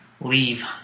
Leave